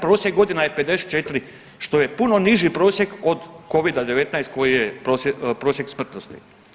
Prosjek godina je 54 što je puno niži prosjek od covida-19 koji je prosjek smrtnosti.